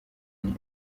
nti